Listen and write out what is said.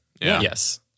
Yes